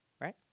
Right